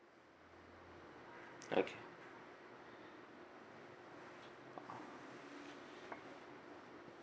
okay